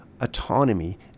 autonomy